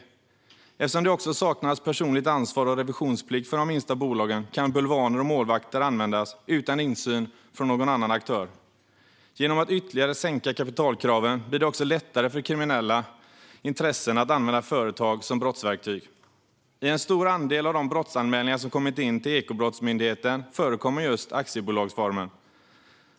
Eftersom det också saknas personligt ansvar och revisionsplikt för de minsta bolagen kan bulvaner och målvakter användas utan insyn från någon aktör. Genom att ytterligare sänka kapitalkraven blir det ännu lättare för kriminella intressen att använda företag som brottsverktyg. I en stor andel av de brottsanmälningar som kommer in till Ekobrottsmyndigheten förekommer just aktiebolagsformen.